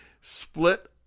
split